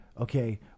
Okay